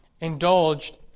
indulged